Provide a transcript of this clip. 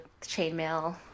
chainmail